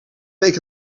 week